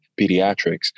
pediatrics